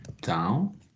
down